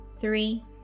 Three